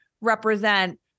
represent